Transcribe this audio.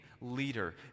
leader